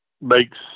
makes